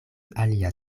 alia